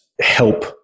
help